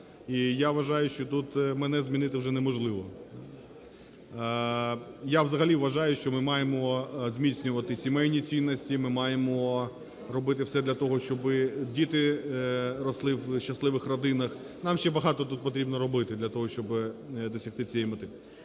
я вважаю, що тут мене змінити вже неможливо. Я взагалі вважаю, що ми маємо зміцнювати сімейні цінності, ми маємо робити все для того, щоби діти росли в щасливих родинах. Нам ще багато тут потрібно робити для того, щоби досягти цієї мети.